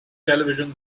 television